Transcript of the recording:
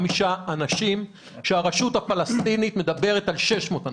אנשים כאשר רשות הפלסטינית מדברת על 600 אנשים.